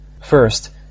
First